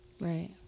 Right